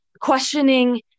questioning